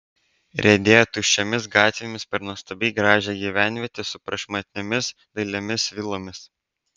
riedėjo tuščiomis gatvėmis per nuostabiai gražią gyvenvietę su prašmatniomis dailiomis vilomis